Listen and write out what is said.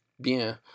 Bien